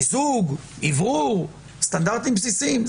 מיזוג, אוורור, סטנדרטים בסיסיים.